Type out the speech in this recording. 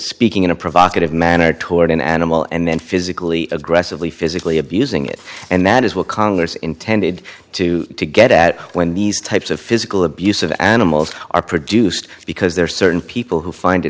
speaking in a provocative manner toward an animal and then physically aggressively physically abusing it and that is what congress intended to get at when these types of physical abuse of animals are produced because there are certain people who find it